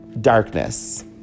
darkness